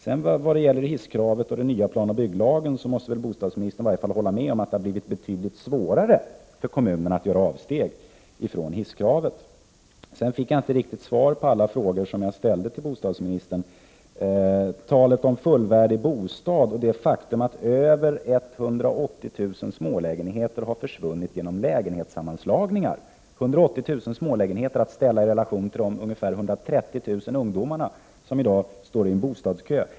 När det gäller hisskravet och den nya planoch bygglagen måste väl bostadsministern i varje fall hålla med om att det har blivit betydligt svårare för kommunerna att göra avsteg från hisskravet. Sedan fick jag inte riktigt svar på alla frågor som jag ställde till bostadsministern. Det gäller talet om fullvärdig bostad och det faktum att det genom lägenhetssammanslagningar har försvunnit över 180 000 smålägenheter — att ställa i relation till de 130 000 ungdomar som i dag står i bostadskö.